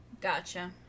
Gotcha